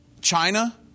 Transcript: China